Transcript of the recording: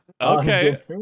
okay